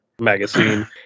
magazine